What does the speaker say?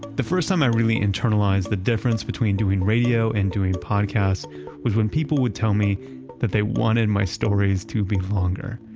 the first time, i really internalized the difference between doing radio and doing podcast was when people would tell me that they wanted my stories to be longer.